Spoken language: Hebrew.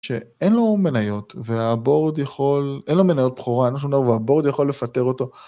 שאין לו מניות, והבורד יכול... אין לו מניות בכורה, אין לו שום דבר, הבורד יכול לפטר אותו.